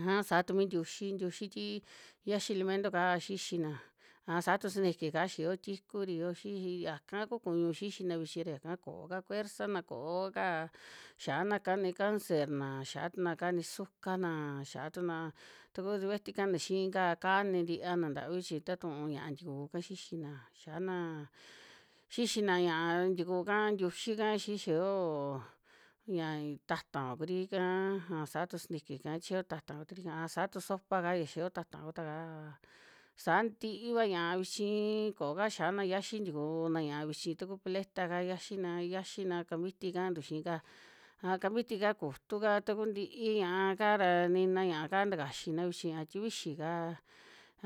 Aja saa tu mi ntiuxi, ntiuxi ti yaxi limento'ka xixina, a saa tu sintiki'ka xia yio tikuri yo xixi yaka ku kuñu xixina vichi ra yaka kooka kuersana koo ka xiana kani cancerna, xia tuna kani suka'na, a xia tuna taku diveti ka'ana xiika kani tiana ntavi chi tatun ñiaa ntikuu ika xixina, yiana xixina ña'a ntikuu ka ntiuxi'ka xi xa yoo ña ta'tava kuri ika, a saa tu sintiki'ka chi yoo ta'ta kuturi'ka, a saa tu sopa'ka ya xia yoo ta'ta ku tuakaa, san ntiiva ñia'a vichii kooka xiana yiaxi tikuuna ñia'a vihci, taku paleta'ka yiaxina, yiaxina kampiti kantu xii ka, a kampiti'ka, kutu'ka taku ntii ña'aka ra, nina ña'aka ta kaxina vichi, a tikuixi'ka,